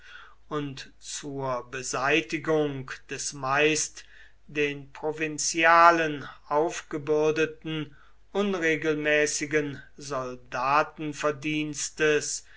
und zur beseitigung des meist den provinzialen aufgebürdeten unregelmäßigen